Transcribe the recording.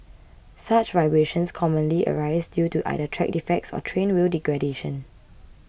such vibrations commonly arise due to either track defects or train wheel degradation